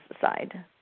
side